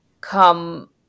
come